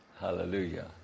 Hallelujah